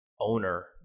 owner